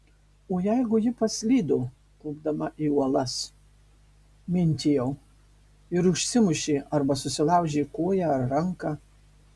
o jeigu ji paslydo kopdama į uolas mintijau ir užsimušė arba susilaužė koją ar ranką